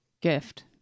gift